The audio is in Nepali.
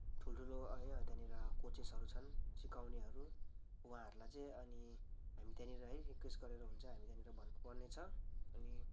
ठुलठुलो अनि अहिले त्यहाँनिर कोचेसहरू छन् सिकाउनेहरू उहाँहरूलाई चाहिँ अनि हामी त्यहाँनिर है रिक्वेस्ट गरेर हुन्छ हामी त्यहाँनिर भन्नुपर्नेछ अनि